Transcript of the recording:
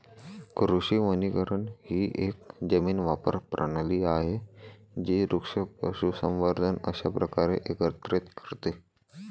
कृषी वनीकरण ही एक जमीन वापर प्रणाली आहे जी वृक्ष, पशुसंवर्धन अशा प्रकारे एकत्रित करते